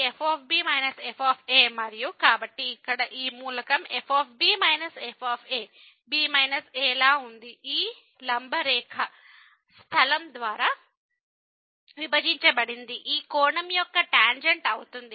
కాబట్టి ఇక్కడ ఈ మూలకం f minus f b a లా ఉంది ఈ లంబ రేఖ స్థలం ద్వారా విభజించబడింది ఈ కోణం యొక్క టాంజెంట్ అవుతుంది